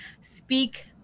speak